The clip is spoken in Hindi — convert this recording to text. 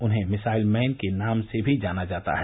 उन्हें मिसाइल मैन के नाम से भी जाना जाता है